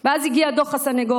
ואז הגיע דוח הסנגוריה,